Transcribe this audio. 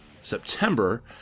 September